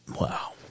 Wow